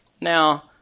now